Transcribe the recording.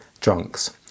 drunks